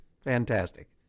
Fantastic